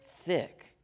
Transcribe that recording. thick